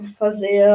fazer